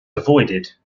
avoided